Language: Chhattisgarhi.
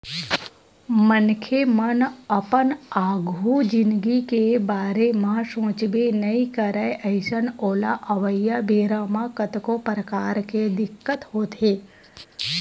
मनखे मन अपन आघु जिनगी के बारे म सोचबे नइ करय अइसन ओला अवइया बेरा म कतको परकार के दिक्कत होथे